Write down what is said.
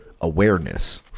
awareness